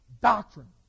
doctrine